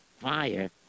fire